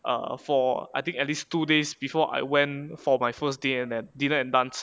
err for I think at least two days before I went for my first day and err dinner and dance